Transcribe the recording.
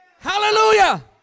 Hallelujah